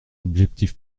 objectif